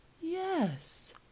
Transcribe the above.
yes